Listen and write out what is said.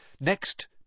Next